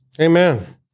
Amen